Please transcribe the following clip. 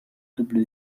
double